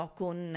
con